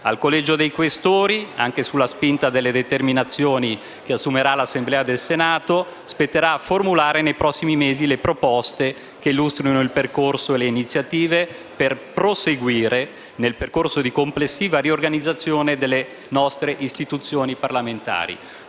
Al Collegio dei Questori, anche sulla spinta delle determinazioni che assumerà l'Assemblea del Senato, spetterà formulare nei prossimi mesi le proposte che illustrino il percorso e le iniziative per proseguire nel percorso di complessiva riorganizzazione delle nostre istituzioni parlamentari.